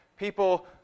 People